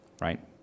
right